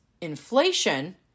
inflation